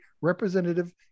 Representative